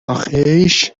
آخیش